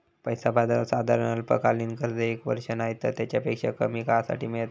पैसा बाजारात साधारण अल्पकालीन कर्ज एक वर्ष नायतर तेच्यापेक्षा कमी काळासाठी मेळता